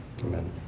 Amen